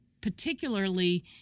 particularly